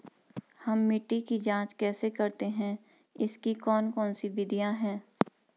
हम मिट्टी की जांच कैसे करते हैं इसकी कौन कौन सी विधियाँ है?